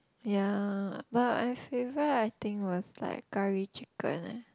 ya but my favourite I think was like curry chicken ah